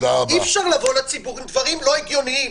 אי-אפשר לבוא לציבור עם דברים לא הגיוניים.